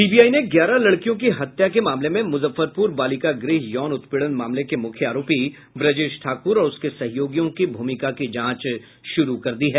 CBI ने ग्यारह लड़कियों की हत्या के मामले में मुजफ्फरपुर बालिका गृह यौन उत्पीड़न मामले के मुख्य आरोपी ब्रजेश ठाकुर और उसके सहयोगियों की भूमिका की जांच शुरू कर दी है